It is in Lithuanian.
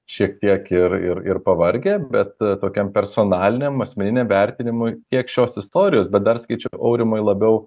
šiek tiek ir ir pavargę bet tokiam personaliniam asmeniniam vertinimui tiek šios istorijos bet dar sakyčiau aurimai labiau